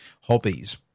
hobbies